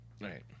Right